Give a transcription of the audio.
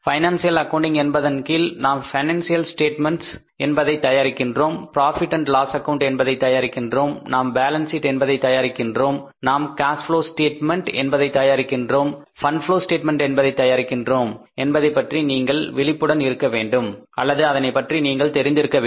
financial accounting என்பதன் கீழ் நாம் பினான்சியல் ஸ்டேட்மெண்ட்ஸ் என்பதை தயாரிக்கிறோம் புரோஃபிட் அண்ட் லாஸ் ஆக்கவுண்ட் என்பதை தயாரிக்கிறோம் நாம் பேலன்ஸ் ஷீட் என்பதை தயாரிக்கிறோம் நாம் கேஸ் ப்ளோவ் ஸ்டேட்மெண்ட் என்பதை தயாரிக்கிறோம் ஃபண்ட் ப்ளோவ் ஸ்டேட்மெண்ட் என்பதை தயாரிக்கிறோம் என்பதை பற்றி நீங்கள் விழிப்புடன் இருக்க வேண்டும் அல்லது அதனை பற்றி நீங்கள் தெரிந்திருக்க வேண்டும்